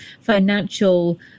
financial